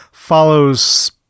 follows